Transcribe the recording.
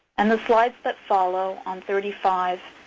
and the slides that follow on thirty five